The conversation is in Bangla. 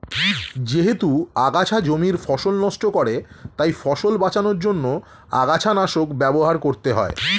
যেহেতু আগাছা জমির ফসল নষ্ট করে তাই ফসল বাঁচানোর জন্য আগাছানাশক ব্যবহার করতে হয়